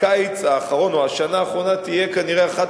הקיץ האחרון או השנה האחרונה תהיה כנראה אחת